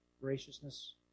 graciousness